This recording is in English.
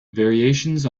variations